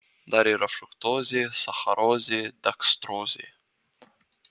dar yra fruktozė sacharozė dekstrozė